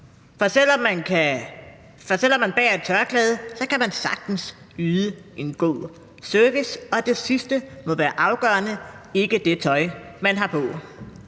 For selv om man bærer et tørklæde, kan man sagtens yde en god service, og det sidste må være afgørende, ikke det tøj, man har på.